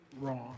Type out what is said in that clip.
wrong